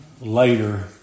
later